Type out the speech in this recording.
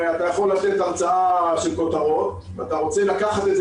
הרי אתה יכול לתת הרצאה של כותרות ואתה רוצה לקחת את זה